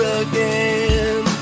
again